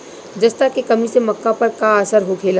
जस्ता के कमी से मक्का पर का असर होखेला?